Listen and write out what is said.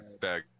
bag